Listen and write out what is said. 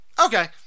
Okay